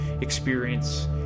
experience